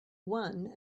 one